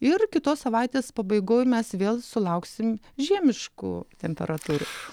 ir kitos savaitės pabaigoj mes vėl sulauksim žiemiškų temperatūrų